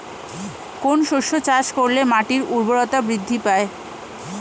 কোন শস্য চাষ করলে মাটির উর্বরতা বৃদ্ধি পায়?